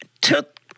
took